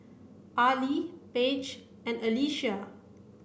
Arely Page and Alycia